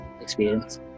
experience